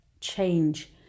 change